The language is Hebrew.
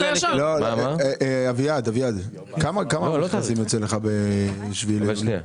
אביעד, כמה מכרזים יוצא לך ב-6 ביולי?